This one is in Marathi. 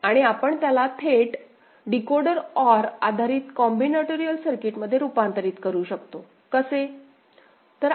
आणि आपण त्याला थेट डीकोडर ओआर आधारित कॉम्बिनेटरियल सर्किट मध्ये रूपांतरित करू शकतो